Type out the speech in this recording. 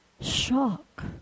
Shock